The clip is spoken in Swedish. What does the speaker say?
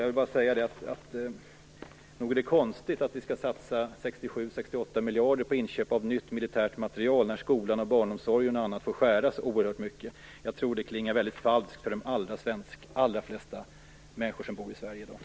Jag vill bara säga att nog är det konstigt att vi skall satsa 68 miljarder på inköp av nytt militärt materiel när skolan och barnomsorgen och annat får skäras ned oerhört mycket. Jag tror att det klingar väldigt falskt för de allra flesta människor i Sverige.